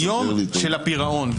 מיום הפירעון.